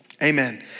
Amen